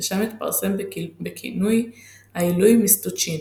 ושם התפרסם בכינוי "העילוי מסטוצ'ין".